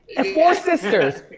ah four sisters.